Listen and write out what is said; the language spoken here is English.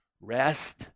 rest